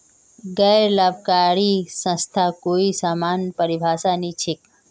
गैर लाभकारी संस्थार कोई समान परिभाषा नी छेक